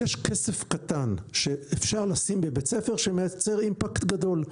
יש כסף קטן שאפשר לשים בבית ספר שמייצר אימפקט גדול.